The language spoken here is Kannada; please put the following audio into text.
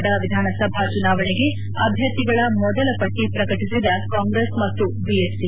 ಛತ್ತೀಸ್ಗಢ ವಿಧಾನಸಭಾ ಚುನಾವಣೆಗೆ ಅಭ್ಯರ್ಥಿಗಳ ಮೊದಲ ಪಟ್ಟ ಪ್ರಕಟಿಸಿದ ಕಾಂಗ್ರೆಸ್ ಮತ್ತು ಬಿಎಸ್ಒಿ